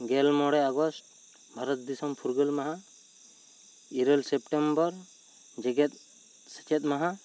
ᱜᱮᱞ ᱢᱚᱬᱮ ᱟᱜᱚᱥᱴ ᱵᱷᱟᱨᱚᱛ ᱫᱤᱥᱚᱢ ᱯᱷᱩᱨᱜᱟᱹᱞ ᱢᱟᱦᱟ ᱤᱨᱟᱹᱞ ᱥᱮᱯᱴᱮᱢᱵᱚᱨ ᱡᱮᱜᱮᱛ ᱥᱮᱪᱮᱫ ᱢᱟᱦᱟ